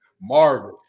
Marvin